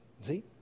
see